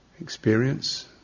experience